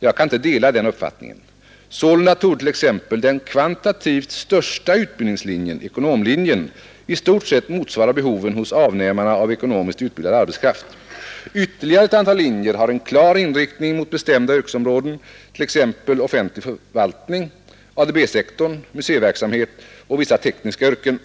Jag kan inte dela den uppfattningen. Sålunda torde t.ex. den kvantitativt största utbildningslinjen, ekonomlinjen, i stort sett motsvara behoven hos avnämarna av ekonomiskt utbildad arbetskraft. Ytterligare ett antal linjer har en klar inriktning mot bestämda yrkesområden, t.ex. offentlig förvaltning, ADB-sektorn, museiverksamhet och vissa tekniska yrken.